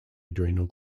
adrenal